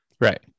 right